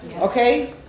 Okay